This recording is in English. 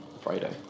Friday